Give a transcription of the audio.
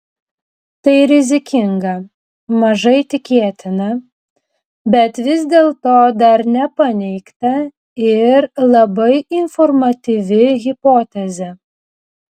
tai rizikinga mažai tikėtina bet vis dėlto dar nepaneigta ir labai informatyvi hipotezė